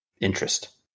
interest